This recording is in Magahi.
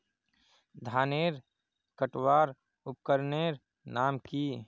धानेर कटवार उपकरनेर नाम की?